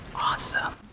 awesome